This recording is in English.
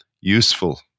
useful